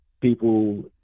people